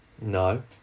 No